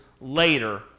later